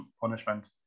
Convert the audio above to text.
punishment